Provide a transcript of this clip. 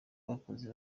bakoze